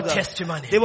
testimony